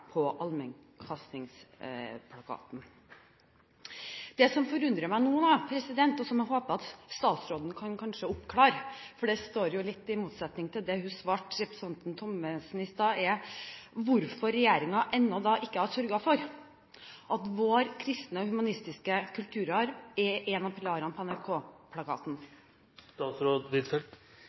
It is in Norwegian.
på allmennkringkastingsplakaten. Det som forundrer meg nå, og som jeg håper at statsråden kanskje kan oppklare – for det står jo litt i motsetning til det hun svarte representanten Thommessen i stad – er hvorfor regjeringen ennå ikke har sørget for at vår kristne og humanistiske kulturarv er en av pilarene på